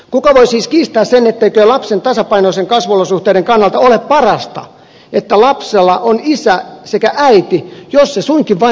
kuka voi siis kiistää sen etteikö lapsen tasapainoisten kasvuolosuhteiden kannalta ole parasta että lapsella on isä sekä äiti jos se suinkin vain on mahdollista